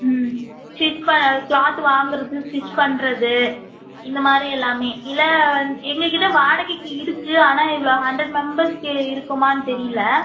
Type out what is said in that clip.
ம் ஸ்டிச் ப க்ளாத்து வாங்கறது ஸ்டிச் பண்ணுறது இந்தமாதிரி எல்லாமே இல்லை வந் எங்ககிட்ட வாடகைக்கு இருக்கு ஆனால் இவ்வளோ ஹண்ட்ரட் மெம்பெர்ஸ்க்கு இருக்குமான்னு தெரியல